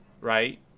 right